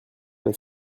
les